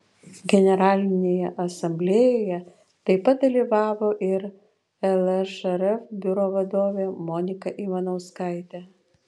generalinėje asamblėjoje taip pat dalyvavo ir lžrf biuro vadovė monika ivanauskaitė